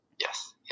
Yes